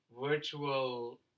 Virtual